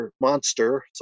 monster